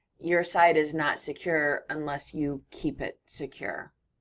your site is not secure unless you keep it secure.